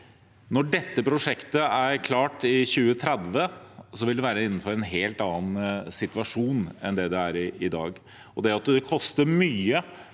når dette prosjektet er klart i 2030, vil det være innenfor en helt annen situasjon enn det det er i dag. At det grønne